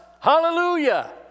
Hallelujah